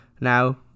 Now